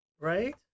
right